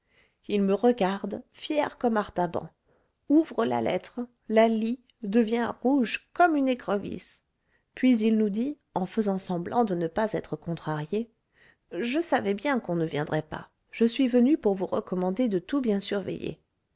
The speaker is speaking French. il me regarde fier comme artaban ouvre la lettre la lit devient rouge comme une écrevisse puis il nous dit en faisant semblant de ne pas être contrarié je savais bien qu'on ne viendrait pas je suis venu pour vous recommander de tout bien surveiller